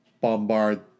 bombard